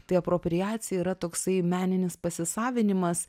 tai apropriacija yra toksai meninis pasisavinimas